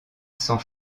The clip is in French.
sans